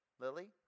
Lily